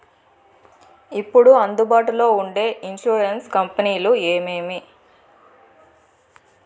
ఇప్పుడు అందుబాటులో ఉండే ఇన్సూరెన్సు కంపెనీలు ఏమేమి?